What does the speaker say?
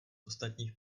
ostatních